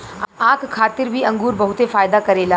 आँख खातिर भी अंगूर बहुते फायदा करेला